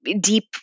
deep